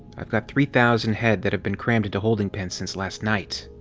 i've got three thousand head that have been crammed into holding pens since last night.